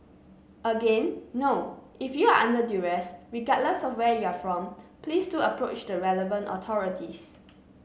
again no if you are under duress regardless of where you are from please do approach the relevant authorities